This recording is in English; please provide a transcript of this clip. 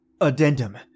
Addendum